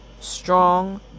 strong